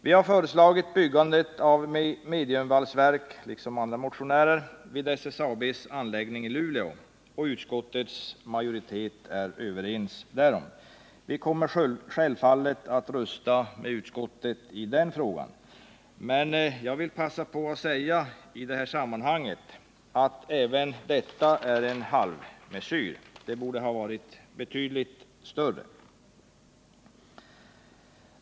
Vi har, liksom andra motionärer, föreslagit byggandet av ett mediumvalsverk vid SSAB:s anläggning i Luleå, och utskottets majoritet är överens därom. Vi kommer självfallet att rösta för utskottets förslag i den frågan. Men jag vill passa på att säga att även detta är en halvmesyr. Verket borde ha varit betydligt större.